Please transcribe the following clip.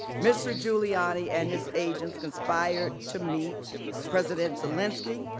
mr. giuliani and his agents conspired to meet president zelensky,